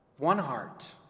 one heart,